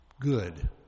good